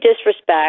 disrespect